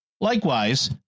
Likewise